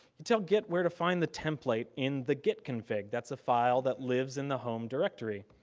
and tell git where to find the template in the git config, that's a file that lives in the home directory.